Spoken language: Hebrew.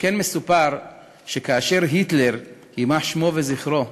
שכן מסופר שכאשר היטלר, יימח שמו וזכרו,